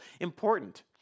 important